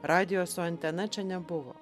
radijo su antena čia nebuvo